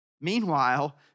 Meanwhile